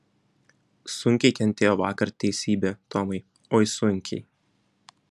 sunkiai kentėjo vakar teisybė tomai oi sunkiai